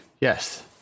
Yes